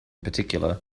particular